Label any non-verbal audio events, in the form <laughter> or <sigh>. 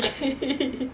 <laughs>